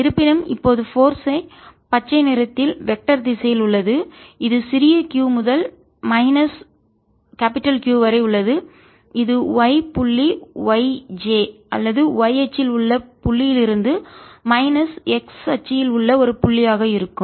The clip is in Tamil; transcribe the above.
இருப்பினும் இப்போது போர்ஸ் பச்சை நிறத்தில் வெக்டர் திசையில் உள்ளது இது சிறிய q முதல் மைனஸ் Q வரை உள்ளது இது y புள்ளி yj அல்லது y அச்சில் உள்ள புள்ளியில் இருந்து மைனஸ் x அச்சில் உள்ள ஒரு புள்ளியாக இருக்கும்